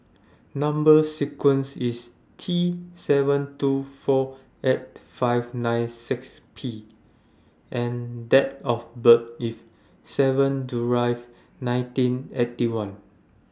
Number sequence IS T seven two four eight five nine six P and Date of birth IS seven July nineteen Eighty One